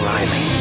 Riley